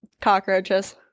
cockroaches